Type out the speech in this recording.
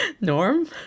Norm